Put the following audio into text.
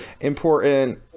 important